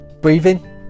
breathing